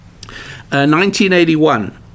1981